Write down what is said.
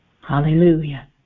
hallelujah